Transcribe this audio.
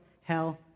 hell